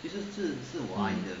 mm